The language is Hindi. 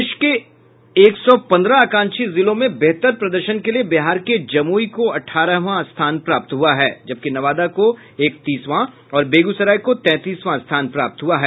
देश के एक सौ पन्द्रह आकांक्षी जिलों में बेहतर प्रदर्शन के लिए बिहार के जमुई को अठारहवां स्थान प्राप्त हुआ है जबकि नवादा को इकतीसवां और बेगूसराय को तैंतीसवां स्थान प्राप्त हुआ है